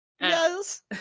Yes